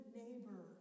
neighbor